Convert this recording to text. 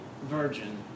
virgin